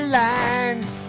lines